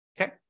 okay